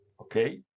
Okay